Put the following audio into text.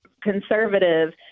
conservative